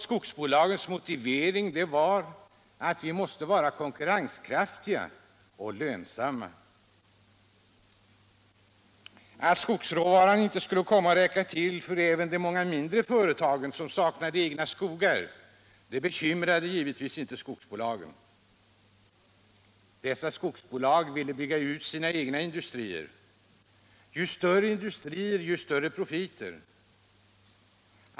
Deras motivering var att de måste vara konkurrenskraftiga och lönsamma. Att skogsråvaran inte skulle komma att räcka till för även de många mindre företagen, som saknade egna skogar, bekymrade givetvis inte skogsbolagen. Dessa skogsbolag ville bygga ut sina industrier — ju större industrier desto större profiter.